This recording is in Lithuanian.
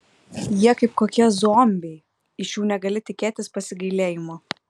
jie kaip kokie zombiai iš jų negali tikėtis pasigailėjimo